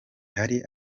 hari